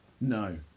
No